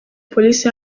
polisi